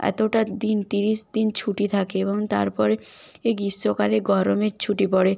এতটা দিন তিরিশ দিন ছুটি থাকে এবং তারপরে এ গ্রীষ্মকালে গরমের ছুটি পড়ে